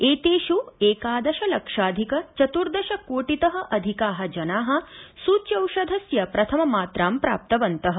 एतेष् एकादश लक्षाधिक चत्र्दश कोटितः अधिकाः जनाः सूच्यौषस्य प्रथम मात्रां प्राप्तवन्तः